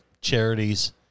charities